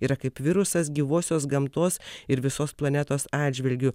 yra kaip virusas gyvosios gamtos ir visos planetos atžvilgiu